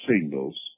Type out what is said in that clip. singles